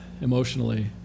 emotionally